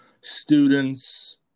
students